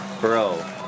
Bro